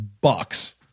bucks